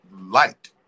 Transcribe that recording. light